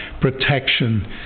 protection